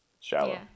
shallow